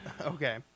Okay